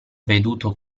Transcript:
veduto